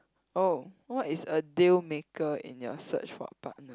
oh what is a deal maker in your search for a partner